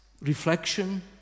reflection